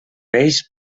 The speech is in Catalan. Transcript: peix